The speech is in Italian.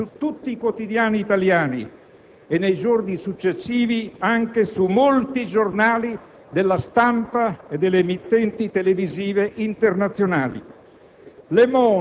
apparsi su tutti i quotidiani italiani e, nei giorni successivi, anche su gran parte della stampa e delle emittenti televisive internazionali.